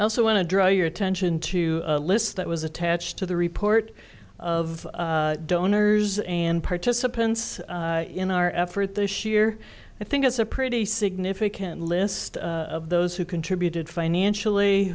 i also want to draw your attention to a list that was attached to the report of donors and participants in our effort this year i think it's a pretty significant list of those who contributed financially